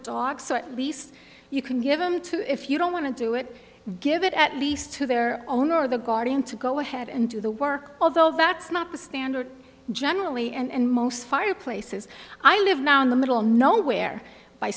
dogs so at least you can give them to if you don't want to do it give it at least to their own or the guardian to go ahead and do the work although that's not the standard generally and most fire places i live now in the middle of nowhere by